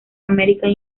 american